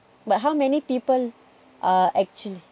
but how many people are actually